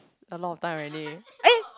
a lot of time already eh